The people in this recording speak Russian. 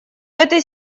этой